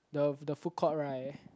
the the food court right